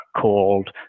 called